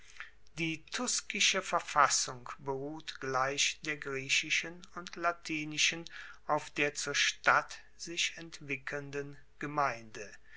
die tuskische verfassung beruht gleich der griechischen und latinischen auf der zur stadt sich entwickelnden gemeinde